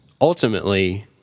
ultimately